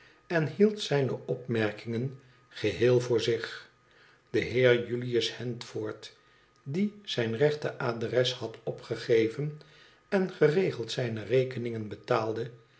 en hield zijne opmerkingen geheel voor zich de beerjulius handford die zijn rechte adres had opgegeven en geregeld zijne rekeningen betaalde